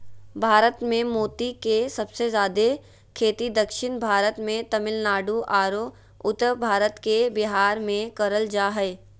भारत मे मोती के सबसे जादे खेती दक्षिण भारत मे तमिलनाडु आरो उत्तर भारत के बिहार मे करल जा हय